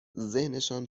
ذهنشان